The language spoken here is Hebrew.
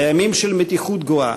בימים של מתיחות גואה,